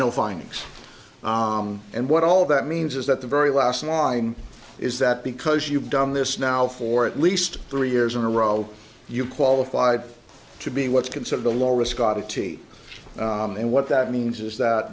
no findings and what all that means is that the very last line is that because you've done this now for at least three years in a row you qualified to be what's considered a low risk oddity and what that means is that